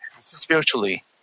spiritually